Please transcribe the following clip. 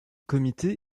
comité